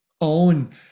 own